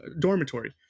dormitory